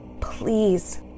please